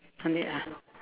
no need ah